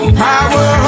power